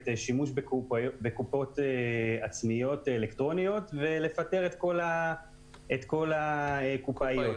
שימוש בקופות עצמיות אלקטרוניות ולפטר את כל הקופאים.